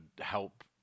help